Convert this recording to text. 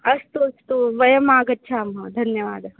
अस्तु अस्तु वयम् आगच्छामः धन्यवादः